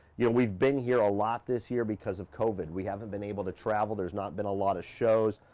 you know, we've been here a lot this year because of covid. we haven't been able to travel, there's not been a lot of shows,